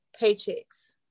paychecks